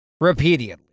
Repeatedly